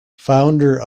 founder